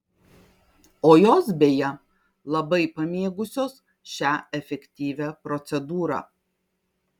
o jos beje labai pamėgusios šią efektyvią procedūrą